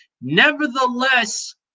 Nevertheless